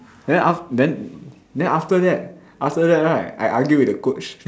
then aft~ then then after that after that right I argue with the coach